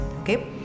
Okay